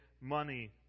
money